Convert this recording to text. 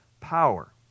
power